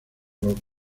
los